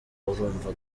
urumva